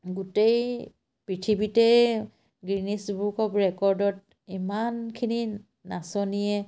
গোটেই পৃথিৱীতে Guinness book of ৰেকৰ্ডত ইমানখিনি নাচনীয়ে